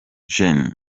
gen